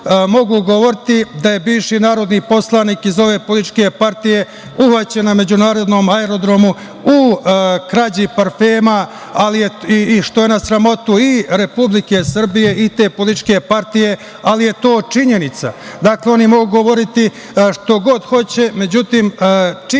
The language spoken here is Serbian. da je bivši narodni poslanik iz ove političke partije uhvaćen na međunarodnom aerodromu u krađi parfema što je na sramotu i Republike Srbije i te političke partije, ali je to činjenica. Dakle, oni mogu govoriti što god hoće, međutim činjenice,